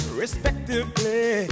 respectively